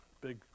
Big